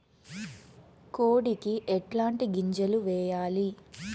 కోడికి ఎట్లాంటి గింజలు వేయాలి?